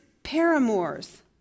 paramours